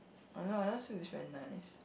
I don't know I just feel it's very nice